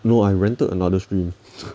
no I rented another stream